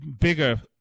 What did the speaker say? bigger